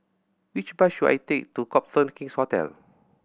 which bus should I take to Copthorne King's Hotel